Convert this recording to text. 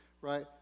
right